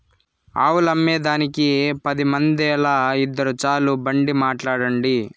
ఆవులమ్మేదానికి పది మందేల, ఇద్దురు చాలు బండి మాట్లాడండి